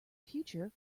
future